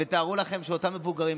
תארו לכם שאותם מבוגרים,